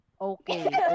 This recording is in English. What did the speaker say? Okay